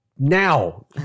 Now